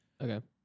Okay